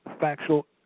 factual